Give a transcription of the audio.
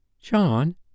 John